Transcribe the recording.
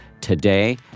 today